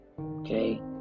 Okay